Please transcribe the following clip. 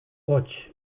hots